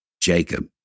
Jacob